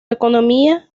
economía